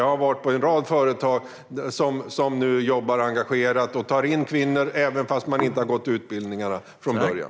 Jag har varit på en rad företag som nu jobbar engagerat och tar in kvinnor trots att de inte har gått utbildningarna från början.